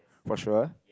for sure